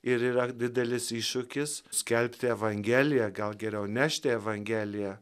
ir yra didelis iššūkis skelbti evangeliją gal geriau nešti evangeliją